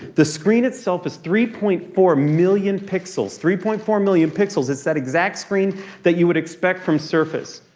the screen itself is three point four million pixels. three point four million pixels. it's that exact screen that you would expect from surface.